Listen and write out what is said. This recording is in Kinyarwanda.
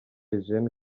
eugenie